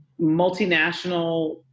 multinational